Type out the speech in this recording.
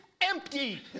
empty